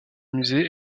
musée